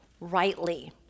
rightly